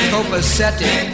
Copacetic